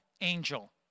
angel